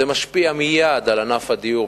זה משפיע מייד על ענף הדיור,